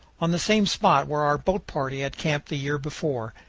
on the same spot where our boat-party had camped the year before.